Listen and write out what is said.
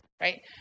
right